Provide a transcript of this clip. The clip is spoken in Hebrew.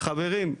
חברים,